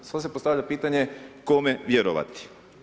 Sada se postavlja pitanje kome vjerovati?